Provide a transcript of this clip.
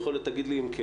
יכול להיות תגיד לי אם כן